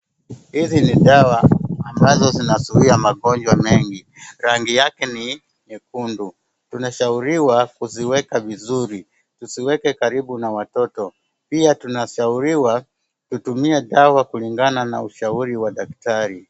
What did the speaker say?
Hizi ni dawa ambazo zinazuia magonjwa mengi. Rangi yake ni nyekundu. Tunashauriwa kuziweka vizuri. Tusiweke karibu na watoto. Pia tunashauriwa tutumie dawa kulingana na ushauri wa daktari.